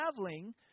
traveling